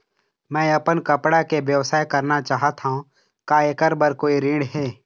मैं अपन कपड़ा के व्यवसाय करना चाहत हावे का ऐकर बर कोई ऋण हे?